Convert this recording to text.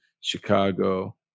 Chicago